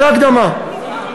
זו הקדמה.